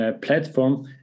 platform